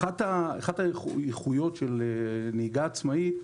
אחת האיכויות של נהיגה עצמאית,